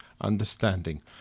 understanding